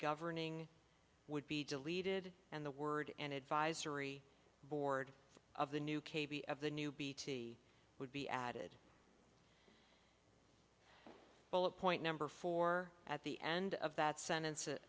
governing would be deleted and the word an advisory board of the new k b of the new bt would be added bullet point number four at the end of that sentence